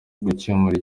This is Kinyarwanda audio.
gukemura